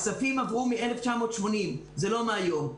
הכספים עברו מ-1980 וזה לא מהיום.